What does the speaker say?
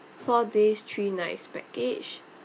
four days three nights package